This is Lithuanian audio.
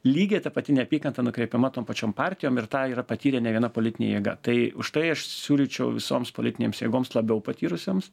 lygiai ta pati neapykanta nukreipiama tom pačiom partijon ir tą yra patyrę ne viena politinė jėga tai užtai aš siūlyčiau visoms politinėms jėgoms labiau patyrusioms